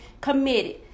Committed